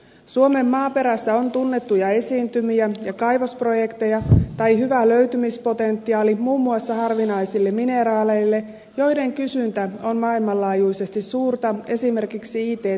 suomen maaperässä on tunnettuja esiintymiä ja kaivosprojekteja tai hyvä löytymispotentiaali muun muassa harvinaisille mineraaleille joiden kysyntä on maailmanlaajuisesti suurta esimerkiksi it teollisuudessa